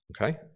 Okay